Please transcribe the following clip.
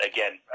Again